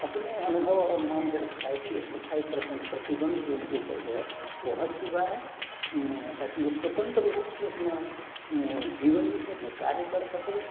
अपने अनुभव और अनुमान से लगता है कि एट्टी फाइव परसेंट प्रतिबंध जो उनके ऊपर से है वो हट चुका है ताकि वो स्वतंत्र रूप से अपना जीवन जी सकें कार्य कर सके